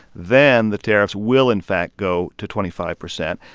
then the tariffs will, in fact, go to twenty five percent.